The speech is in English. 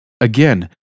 Again